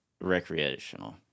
recreational